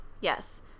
yes